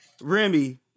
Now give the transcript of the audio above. Remy